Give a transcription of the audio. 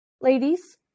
ladies